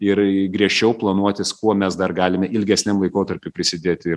ir i griežčiau planuotis kuo mes dar galime ilgesniam laikotarpiui prisidėti